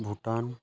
Bhutan